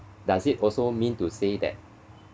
does it also mean to say that